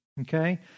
Okay